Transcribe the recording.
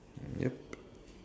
yup